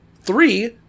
three